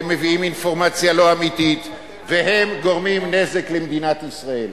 הם מביאים אינפורמציה לא אמיתית והם גורמים נזק למדינת ישראל.